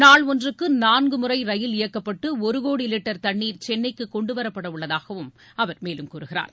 நாள் ஒன்றுக்கு நான்குமுறை ரயில் இயக்கப்பட்டு ஒரு கோடி லிட்டர் தண்ணீர் சென்னைக்கு கொண்டுவரப்படவுள்ளதாகவும் அவர் மேலும் கூறுகிறார்